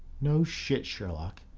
no shit sherlock.